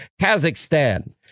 Kazakhstan